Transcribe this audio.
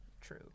true